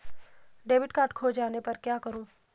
Debit card खो जाने पर क्या करूँ?